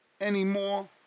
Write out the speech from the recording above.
anymore